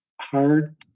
hard